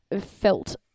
felt